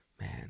man